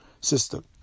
system